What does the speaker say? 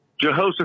Jehoshaphat